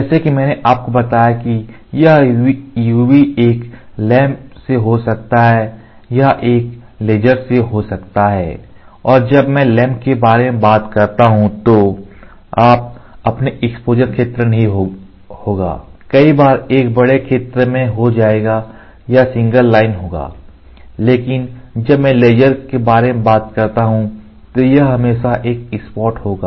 जैसा कि मैंने आपको बताया कि यह UV एक लैंप से हो सकता है या यह एक लेजर से हो सकता है और जब मैं लैंप के बारे में बात करता हूं तो आप अपने एक्सपोज़र क्षेत्र नहीं होंगे कई बार एक बड़े क्षेत्र में हो जाएगा या सिंगल लाइन होगा लेकिन जब मैं लेजर के बारे में बात करता हूं तो यह हमेशा एक स्पॉट होगा